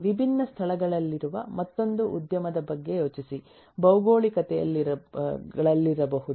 ವಿಭಿನ್ನ ಸ್ಥಳಗಳಲ್ಲಿರುವ ಮತ್ತೊಂದು ಉದ್ಯಮದ ಬಗ್ಗೆ ಯೋಚಿಸಿ ಭೌಗೋಳಿಕತೆಗಳಲ್ಲಿರಬಹುದು